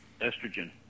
Estrogen